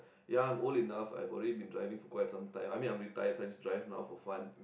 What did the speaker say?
ya I'm old enough I've probably been driving for quite some time I mean I'm retired so I just drive now for fun